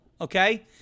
okay